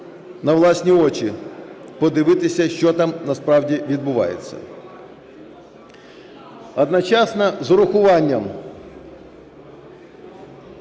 на власні очі подивитися, що там насправді відбувається. Одночасно з врахуванням